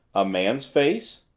a man's face?